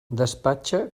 despatxa